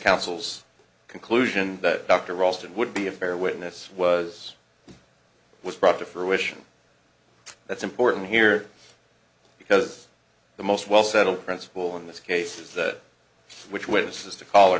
counsel's conclusion that dr ralston would be a fair witness was he was brought to fruition that's important here because the most well settled principle in this case is that which witnesses to call or